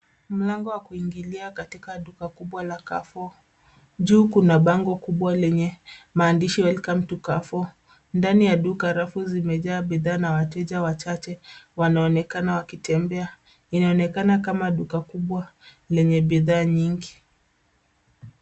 Mlango wa kuingilia katika duka kubwa la carrefour . Juu kuna bango kubwa lenye maandishi welcome to carrefour . Ndani ya duka rafu zimejaa bidhaa na wateja wachache wanaonekana wakitembea. Inaonekana kama duka kubwa lenye bidhaa nyingi.